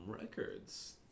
records